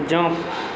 jump